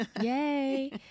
Yay